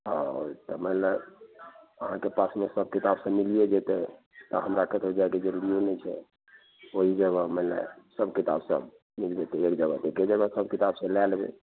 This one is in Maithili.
हँ तऽ मानि लऽ अहाँके पासमे सब किताब सब मिलिये जेतै तऽ हमरा कतहुँ जाएके जरुरिए नै छै ओहि जगह मने सब किताब सब मिल जेतै एक जगह तऽ एके जगह सब किताब सब लए लेबै